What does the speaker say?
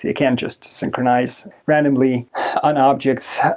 you can't just synchronize randomly on objects.